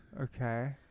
Okay